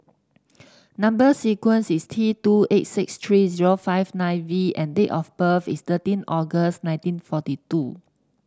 number sequence is T two eight six three zero five nine V and date of birth is thirteen August nineteen forty two